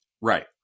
Right